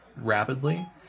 rapidly